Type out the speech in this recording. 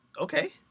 Okay